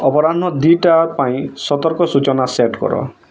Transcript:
ଅପରାହ୍ନ ଦୁଇଟା ପାଇଁ ସତର୍କ ସୂଚନା ସେଟ୍ କର